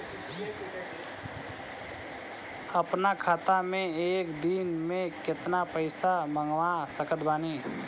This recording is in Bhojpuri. अपना खाता मे एक दिन मे केतना पईसा मँगवा सकत बानी?